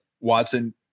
Watson